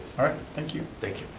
all right, thank you. thank you.